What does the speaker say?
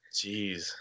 Jeez